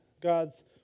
God's